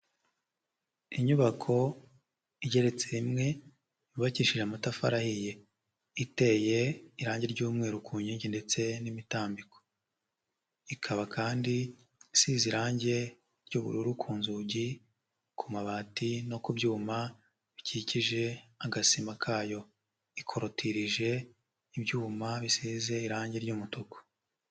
Inyubako igeretse rimwe yubakishije amatafari ahiye, iteye irangi ry'umweru ku nkingi ndetse n'imitambiko. Ikaba kandi isize irangi ry'ubururu ku nzugi, ku mabati no ku byuma bikikije agasima kayo, ikorotirije ibyuma bisize irangi ry'umutuku.